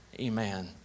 Amen